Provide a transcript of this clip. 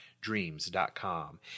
dreams.com